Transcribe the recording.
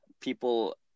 people